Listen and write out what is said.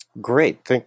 Great